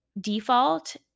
default